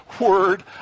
word